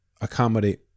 accommodate